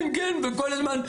כן כן כן וכל הזמן,